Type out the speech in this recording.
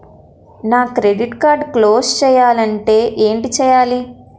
నా credit card close చేయాలంటే ఏంటి చేయాలి?